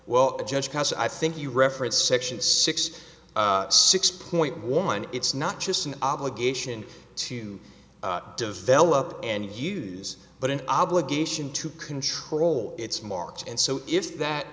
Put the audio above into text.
the judge has i think you reference section six six point one it's not just an obligation to develop and use but an obligation to control its market and so if that